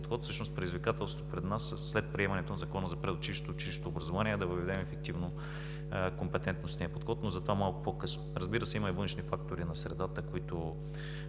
подход. Предизвикателствата пред нас са след приемането на Закона за предучилищното и училищното образование да въведем ефективно компететностния подход, но за това малко по-късно. Разбира се, има и външни фактори на средата, които